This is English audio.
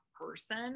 person